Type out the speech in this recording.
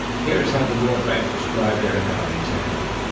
here is how the world bank described their economic take-off.